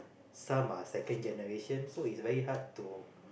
some are second generation so it's very hard to